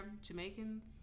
Jamaicans